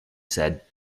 said